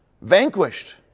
Vanquished